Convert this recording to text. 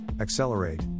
Accelerate